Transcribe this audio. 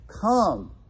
Come